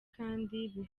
kandi